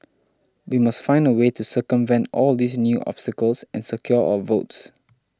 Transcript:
we must find a way to circumvent all these new obstacles and secure our votes